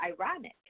ironic